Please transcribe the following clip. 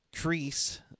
Crease